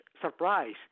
surprise